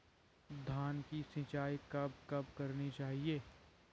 धान की सिंचाईं कब कब करनी चाहिये?